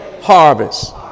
harvest